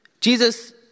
Jesus